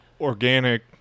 organic